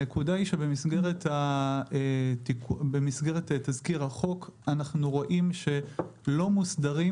הנקודה היא שבמסגרת תזכיר החוק אנחנו רואים שלא מוסדרים